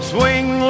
Swing